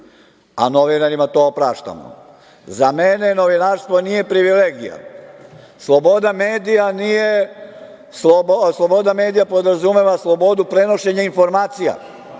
a novinarima to opraštamo, za mene novinarstvo nije privilegija, sloboda medija podrazumeva slobodu prenošenja informacija,